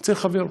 אצל חבר.